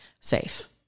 safe